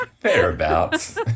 Thereabouts